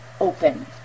open